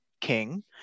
king